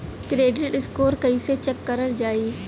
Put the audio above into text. Credit score कइसे check करल जायी?